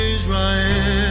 Israel